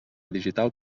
digital